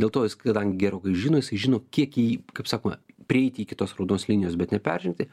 dėl to jis kadangi gerokai žino jisai žino kiek jį kaip sakoma prieiti iki tos raudonos linijos bet neperžengti